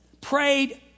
prayed